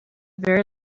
very